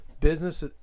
business